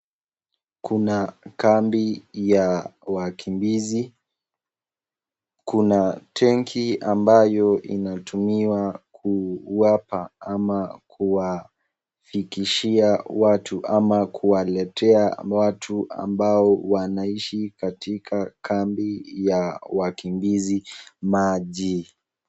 Kuna kambi ya wakimbizi, kuna tenki ambayo inatumiwa kuwapa ama kuwafikishia watu ama kuwaletea watu ambao wanaishi katika kambi ya wakimbizi maji.